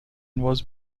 was